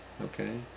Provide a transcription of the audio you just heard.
Okay